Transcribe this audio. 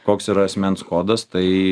koks yra asmens kodas tai